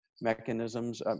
mechanisms